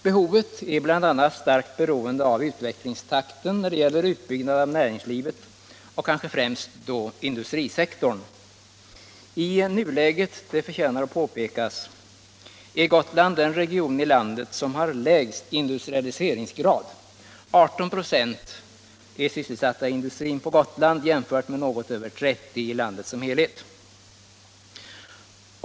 Behovet är bl.a. starkt beroende av utvecklingstakten då det gäller utbyggnad av näringslivet och kanske främst då industrisektorn. Det förtjänar påpekas att i nuläget är Gotland den region i landet som har lägst industrialiseringsgrad. För Gotlands del är ca 18 96 av de yrkesverksamma sysselsatta i industrin, vilket skall jämföras med något över 30 96 för landet som helhet.